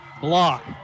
block